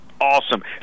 Awesome